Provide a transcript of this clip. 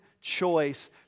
choice